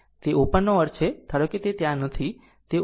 તે ઓપન નો અર્થ છે ધારો કે તે ત્યાં નથી